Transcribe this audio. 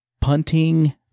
Punting